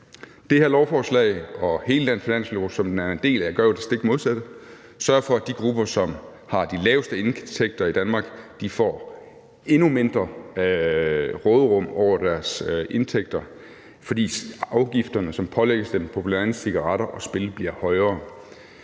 Det her lovforslag og hele den finanslov, som det er en del af, gør jo det stik modsatte. Den sørger for, at de grupper, som har de laveste indtægter i Danmark, får endnu mindre råderum i forhold til deres indtægter, fordi afgifterne, som pålægges dem, på bl.a. cigaretter og spil bliver højere.